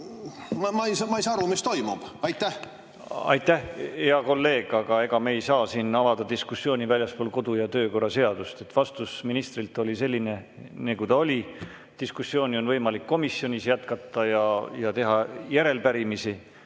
Ma ei saa aru, mis toimub. Aitäh, hea kolleeg! Aga me ei saa siin avada diskussiooni väljaspool kodu- ja töökorra seadust. Vastus ministrilt oli selline, nagu ta oli. Diskussiooni on võimalik komisjonis jätkata ja teha järelpärimisi,